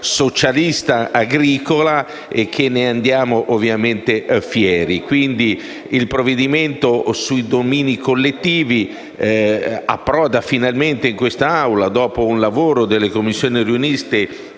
socialista agricola di cui andiamo ovviamente fieri. Il provvedimento sui domini collettivi approda finalmente in quest'Aula, dopo un lavoro delle Commissioni giustizia